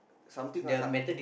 something lupsup